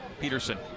Peterson